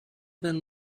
been